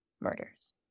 murders